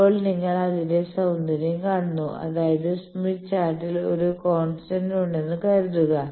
ഇപ്പോൾ നിങ്ങൾ അതിന്റെ സൌന്ദര്യം കാണുന്നു അതായത് സ്മിത്ത് ചാർട്ടിൽ ഒരു കോൺസ്റ്റന്റ് ഉണ്ടെന്ന് കരുതുക